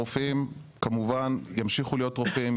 הרופאים כמובן ימשיכו להיות רופאים,